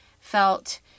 felt